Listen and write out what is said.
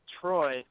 Troy